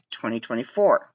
2024